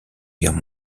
guerre